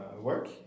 work